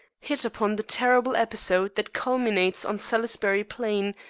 hit upon the terrible episode that culminates on salisbury plain,